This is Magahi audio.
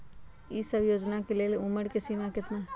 ई सब योजना के लेल उमर के सीमा केतना हई?